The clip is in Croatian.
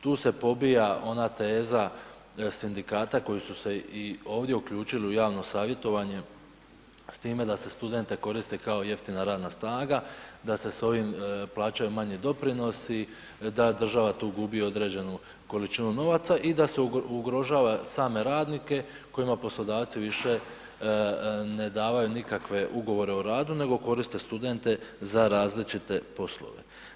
Tu se pobija ona teza sindikata koji su se i ovdje uključili u javno savjetovanje s time da se studente koristi kao jeftina radna snaga, da se s ovim plaćaju manje doprinosi, da država tu gubi određenu količinu novaca i da se ugrožava same radnike kojima poslodavci više ne davaju nikakve ugovore o radu nego koriste studente za različite poslove.